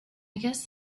guess